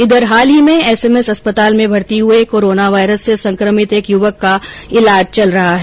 इधर हाल ही में एसएमएस अस्पताल में भर्ती हुए कोरोना वायरस से संक्रमित एक युवक का ईलाज चल रहा है